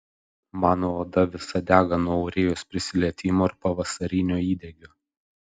mano oda visa dega nuo aurėjos prisilietimo ir pavasarinio įdegio